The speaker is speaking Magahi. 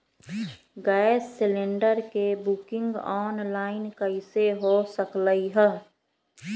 गैस सिलेंडर के बुकिंग ऑनलाइन कईसे हो सकलई ह?